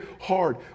hard